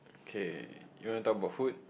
okay you want to talk about food